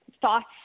thoughts